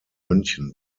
münchen